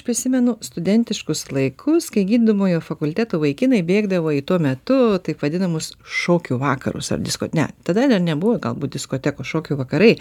prisimenu studentiškus laikus kai gydomojo fakulteto vaikinai bėgdavo į tuo metu taip vadinamus šokių vakarus ar tada dar nebuvo galbūt diskotekos šokių vakarai